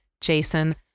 Jason